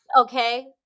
okay